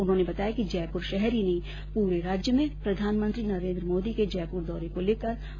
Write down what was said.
उन्होंने बताया कि जयपुर शहर ही नहीं पूरे राज्य में प्रधानमंत्री नरेंद्र मोदी के जयपुर दौरे को लेकर बड़ा उत्साह है